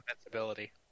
invincibility